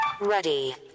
Ready